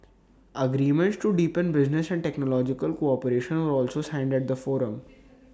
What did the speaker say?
agreements to deepen business and technological cooperation were also signed at the forum